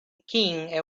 king